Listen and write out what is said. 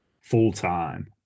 full-time